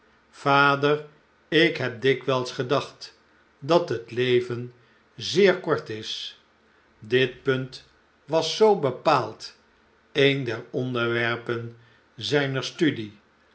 vader ik heb dikwijls gedacht dat het leven zeer kort is dit punt was zoo bepaald een der onderwerpen zijner studie